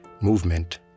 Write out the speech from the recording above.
movement